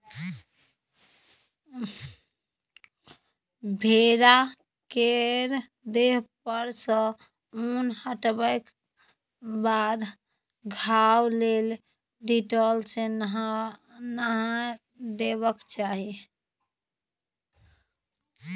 भेड़ा केर देह पर सँ उन हटेबाक बाद घाह लेल डिटोल सँ नहाए देबाक चाही